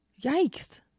Yikes